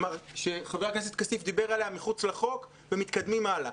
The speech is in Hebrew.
שחבר הכנסת כסיף דיבר עליה מחוץ לחוק ומתקדמים הלאה.